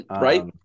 Right